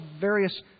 various